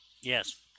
Yes